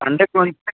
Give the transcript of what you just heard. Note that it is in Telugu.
అంటే కో